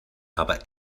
aber